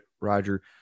Roger